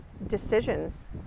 decisions